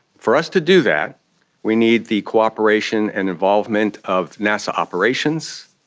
for us to do that we need the cooperation and involvement of nasa operations,